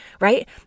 right